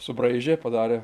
subraižė padarė